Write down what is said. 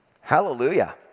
Hallelujah